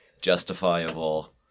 justifiable